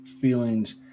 feelings